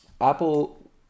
Apple